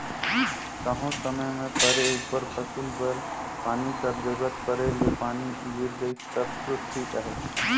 कहों समे परे उपर फसिल बर पानी कर जरूरत परे ले पानी गिर गइस तब दो ठीक अहे